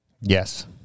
Yes